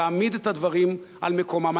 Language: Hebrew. תעמיד את הדברים על מקומם.